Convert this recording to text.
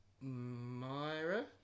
Myra